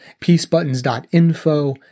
PeaceButtons.info